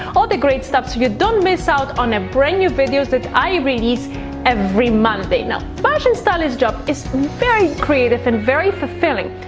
all the great stuff so you don't miss out on brand new videos that i release every monday. now a fashion stylist job is very creative and very fulfilling,